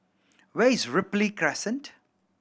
where is Ripley Crescent